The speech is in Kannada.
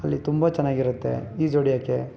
ಅಲ್ಲಿ ತುಂಬ ಚೆನ್ನಾಗಿರುತ್ತೆ ಈಜು ಹೊಡ್ಯಕ್ಕೆ